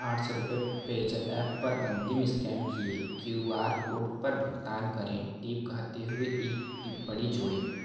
आठ सौ रुपये पेजऐप पर अंतिम स्कैन किए गए क्यू आर कोड पर भुगतान करें टिप कहते हुए एक टिप्पणी जोड़ें